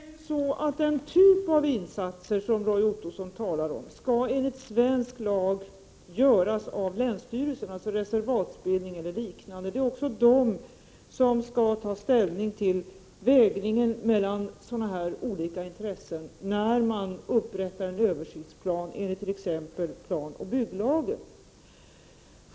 Prot. 1988/89:21 Herr talman! Den typ av insatser som Roy Ottosson talar om skall enligt 10 november 1988 svensk lag göras av länsstyrelserna genom reservatsbildning eller liknande. - Ä Om tillkomsten av en Det är också länsstyrelserna som skall göra avvägningen mellan olika nordisk utvecklingsintressen när man upprättar en översiktsplan, exempelvis enligt planoch fondför förmånlig bygglagen.